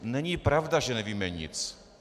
Není pravda, že nevíme nic.